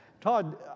Todd